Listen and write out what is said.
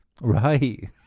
Right